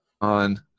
on